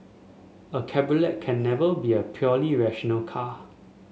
a cabriolet can never be a purely rational car